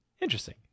Interesting